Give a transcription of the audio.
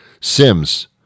Sims